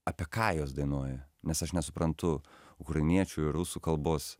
apie ką jos dainuoja nes aš nesuprantu ukrainiečių rusų kalbos